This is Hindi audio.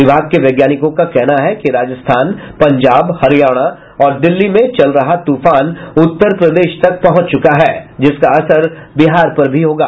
विभाग के वैज्ञानिकों का कहना है कि राजस्थान पंजाब हरियाणा और दिल्ली में चल रहा तूफान उत्तर प्रदेश तक पहुंच चुका है जिसका असर बिहार पर भी होगा